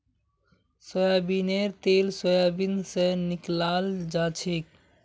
सोयाबीनेर तेल सोयाबीन स निकलाल जाछेक